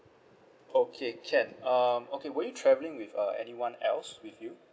okay can um okay were you travelling with uh anyone else with you